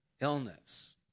illness